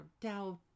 doubt